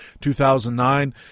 2009